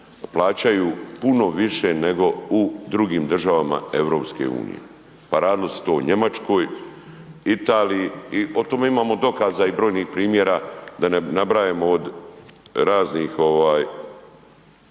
plaćaju puno više nego u drugim državama EU, pa radilo se to o Njemačkoj, Italiji i o tome imamo dokaza i brojnih primjera da ne nabrajamo od raznih